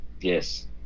Yes